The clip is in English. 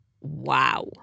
wow